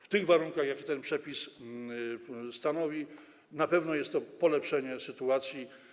W takich warunkach, jakie ten przepis ustanawia, na pewno jest to polepszenie sytuacji.